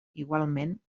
igualment